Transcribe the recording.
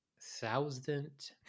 thousand